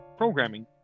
programming